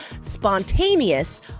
spontaneous